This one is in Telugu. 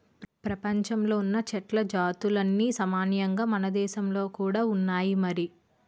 ప్రపంచంలో ఉన్న చెట్ల జాతులన్నీ సామాన్యంగా మనదేశంలో కూడా ఉన్నాయి మరి